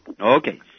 Okay